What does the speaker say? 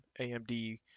AMD